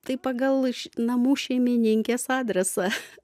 tai pagal iš namų šeimininkės adresą